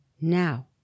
Now